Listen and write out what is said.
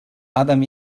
adam